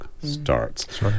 starts